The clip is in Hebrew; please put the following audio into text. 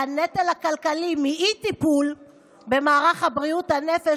והנטל הכלכלי מאי-טיפול במערך בריאות הנפש